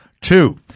Two